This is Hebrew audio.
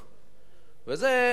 וזה לא מסתדר.